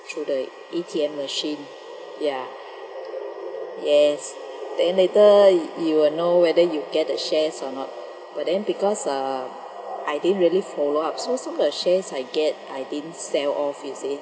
through the A_T_M machine ya yes then later you will know whether you get the shares or not but then because uh I didn't really follow up so so the shares I get I didn't sell off you see